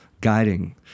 guiding